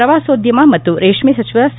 ಪ್ರವಾಸೋದ್ಯಮ ಮತ್ತು ರೇಷ್ಮೆ ಸಚಿವ ಸಾ